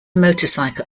motorcycle